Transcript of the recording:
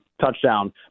touchdown